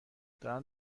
دارن